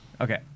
Okay